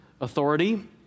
authority